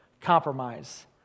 compromise